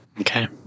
Okay